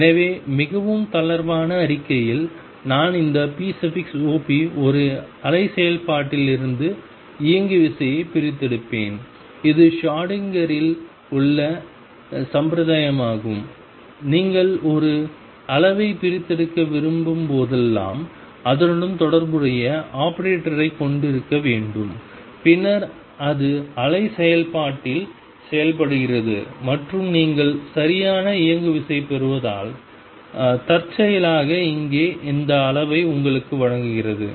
எனவே மிகவும் தளர்வான அறிக்கையில் நான் இந்த pop ஒரு அலை செயல்பாட்டிலிருந்து இயங்குவிசை பிரித்தெடுப்பேன் இது ஷ்ரோடிங்கரில் உள்ள சம்பிரதாயமாகும் நீங்கள் ஒரு அளவைப் பிரித்தெடுக்க விரும்பும் போதெல்லாம் அதனுடன் தொடர்புடைய ஆபரேட்டரைக் கொண்டிருக்க வேண்டும் பின்னர் அது அலை செயல்பாட்டில் செயல்படுகிறது மற்றும் நீங்கள் சரியான இயங்குவிசை பெறுவதால் தற்செயலாக இங்கே அந்த அளவை உங்களுக்கு வழங்குகிறது